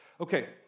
Okay